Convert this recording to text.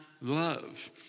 love